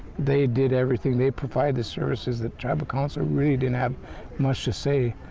they did everything. they provided the services. the tribal council really didn't have much to say.